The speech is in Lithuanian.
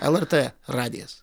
lrt radijas